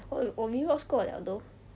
我我 rewatch 过了 though